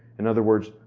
in other words,